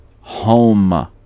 Home